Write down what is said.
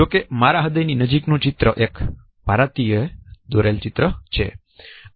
જો કે મારા હૃદયની નજીક નું ચિત્ર એક ભારતીય એ દોરેલ ચિત્ર છે